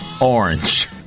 orange